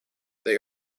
they